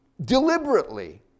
deliberately